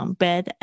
bed